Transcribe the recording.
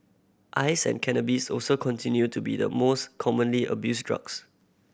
ice and cannabis also continue to be the most commonly abused drugs